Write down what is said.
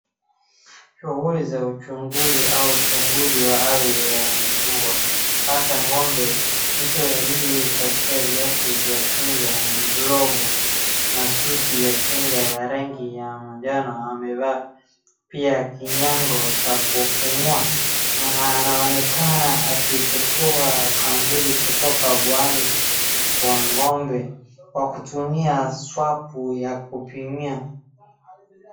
Shughuli za uchunguzi au uchunguzi wa afya ya mbwa hasaa ng'ombe mtu aliyepakia viatu vya kinga glovu na suti ya kinga ya rangi ya manjano amevaa pia kinyango cha kupumua. Anaonekana akichukua sampuli kutoka puani kwa ng'ombe kwa kutumia swapu ya kupimia.